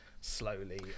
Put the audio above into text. slowly